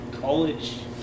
college